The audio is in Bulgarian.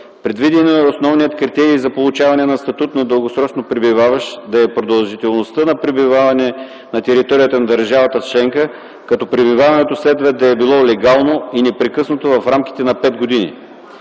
Предвидено е основният критерий за получаване на статут на дългосрочно пребиваващ да е продължителността на пребиваване на територията на държавата членка, като пребиваването следва да е било легално и непрекъснато в рамките на 5 години.